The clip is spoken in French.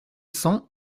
cents